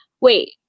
Wait